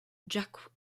jacques